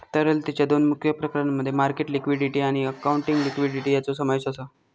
तरलतेच्या दोन मुख्य प्रकारांमध्ये मार्केट लिक्विडिटी आणि अकाउंटिंग लिक्विडिटी यांचो समावेश आसा